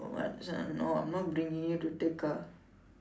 no do you understand no I'm not bringing you to Tekka